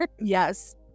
Yes